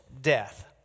death